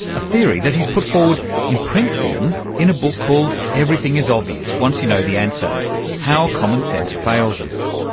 a theory that he's put forward in print form in a book called everything is obvious once you know the answer how common sense fails us.